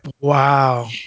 Wow